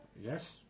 Yes